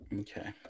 Okay